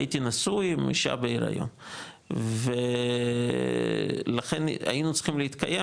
הייתי נשוי עם אישה בהיריון ולכן היינו צריכים להתקיים,